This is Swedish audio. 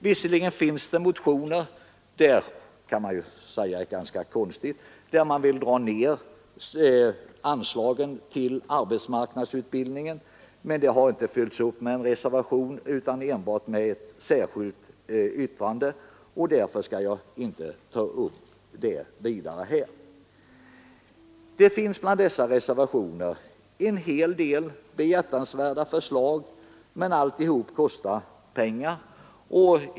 Visserligen finns det, konstigt nog, motioner i vilka man vill dra ned anslagen till arbetsmarknadsutbildningen, men detta har inte följts upp med någon reservation utan enbart med ett särskilt yttrande, och därför skall jag inte ta upp det vidare här. Bland reservationerna finns en del behjärtansvärda förslag, men allting kostar pengar.